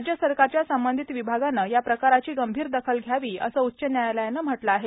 राज्य सरकारच्या संबंधित विभागानं या प्रकाराची गंभीर दखल घ्यावी असं उच्च न्यायालयानं म्हटलं आहे